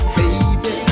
baby